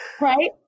right